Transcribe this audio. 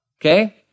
Okay